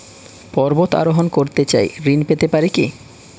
পর্বত আরোহণ করতে চাই ঋণ পেতে পারে কি?